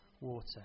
water